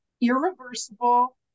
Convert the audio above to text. irreversible